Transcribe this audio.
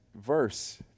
verse